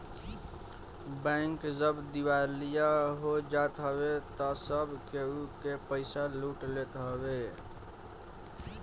bank जब दिवालिया हो जात हवे तअ सब केहू के पईसा लूट लेत हवे